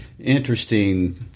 Interesting